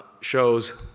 shows